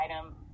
item